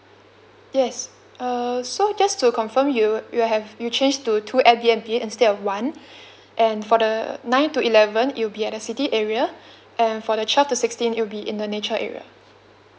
yes err so just to confirm you you have you changed to two Airbnb instead of one and for the ninth to eleventh it'll be at the city area and for the twelve to sixteenth it'll be in the nature area